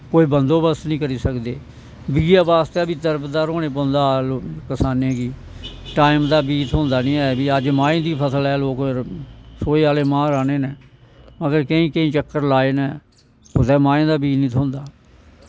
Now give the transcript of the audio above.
कोई बंदोबस्त नेंई करी सकदे बीऐं बास्तै बी दरबदर होनै पौंदा किसाने गी टाईमें दा बीऽ थ्होंदा नी ऐ अज्ज माहें दी फसल ऐ लोक सोहे आह्ले मांह् राह्ने न अदे केंई केंई चक्कर लाए न कुदै मांहें दा बीऽ नीं थ्होंदा